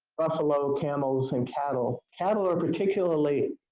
buffalo, camels, and cattle cattle are particularly